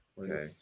okay